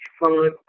fun